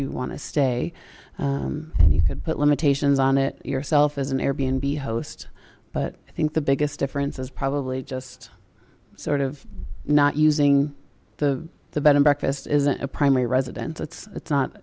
you want to stay and you could put limitations on it yourself as an airbnb host but i think the biggest difference is probably just sort of not using the bed and breakfast isn't a primary residence it's it's not